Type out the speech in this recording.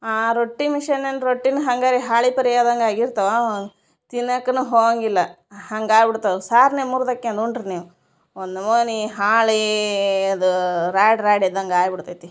ಆ ರೊಟ್ಟಿ ಮಿಷಿನಂದು ರೊಟ್ಟಿನ ಹಂಗ ರೀ ಹಾಳೆ ಪರೆ ಆದಂಗಾಗಿರ್ತವಾ ತಿನ್ನಕ್ಕನು ಹೋಗಾಂಗಿಲ್ಲ ಹಂಗಾಗ್ಬಿಡ್ತವು ಸಾರನೆ ಮುರುದ್ಯಕ್ಯನ್ನು ಉಂಡ್ರೀ ನೀವು ಒಂದ್ ನಮೂನಿ ಹಾಳೀ ಅದು ರಾಡ್ ರಾಡ್ ಇದ್ದಂಗಾಗ್ಬಿಡ್ತೈತಿ